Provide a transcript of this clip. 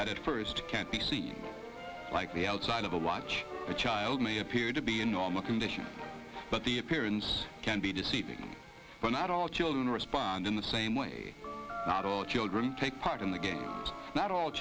that it first can't be seen like the outside of a watch a child may appear to be a normal condition but the appearance can be deceiving but not all children respond in the same way not all children take part in the game not all